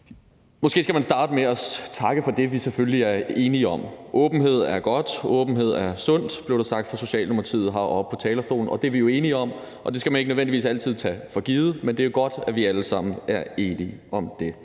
Måske skal man starte med at takke for det, vi selvfølgelig er enige om. Åbenhed er godt, og åbenhed er sundt, blev der sagt fra Socialdemokratiets side heroppe på talerstolen, og det er vi jo enige om. Det skal man ikke nødvendigvis altid tage for givet, men det er godt, at vi alle sammen er enige om det.